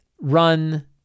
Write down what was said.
run